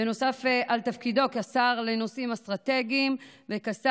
נוסף על תפקידו כשר לנושאים אסטרטגיים וכשר